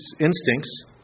instincts